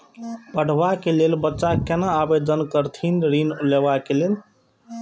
पढ़वा कै लैल बच्चा कैना आवेदन करथिन ऋण लेवा के लेल?